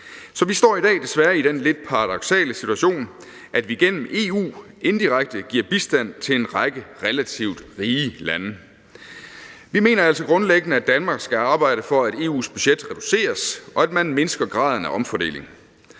Så vi står desværre i dag i den lidt paradoksale situation, at vi gennem EU indirekte giver bistand til en række relativt rige lande. Vi mener altså grundlæggende, at Danmark skal arbejde for, at EU's budget reduceres, og at man mindsker graden af omfordeling.